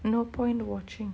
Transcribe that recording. no point watching